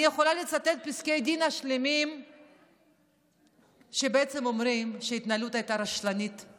אני יכולה לצטט פסקי דין שלמים שאומרים שההתנהלות שלכם,